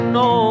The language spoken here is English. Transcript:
no